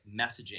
messaging